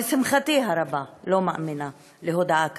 או לשמחתי הרבה, לא מאמינה להודעה כזאת.